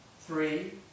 three